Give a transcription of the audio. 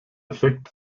effekt